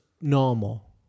normal